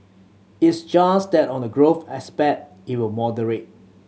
it's just that on the growth aspect it will moderate